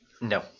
no